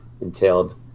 entailed